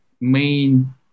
main